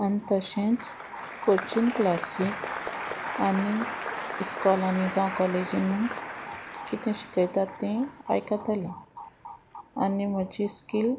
आनी तशेंच कोचीन क्लासीक आनी इस्कॉलानी जावं कॉलेजीन कितें शिकयता तें आयकतलें आनी म्हजी स्कील